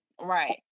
Right